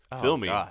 filming